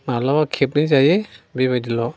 माब्लाबा खेबनै जायो बेबादि ल'